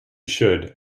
should